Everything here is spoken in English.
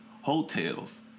hotels